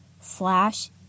slash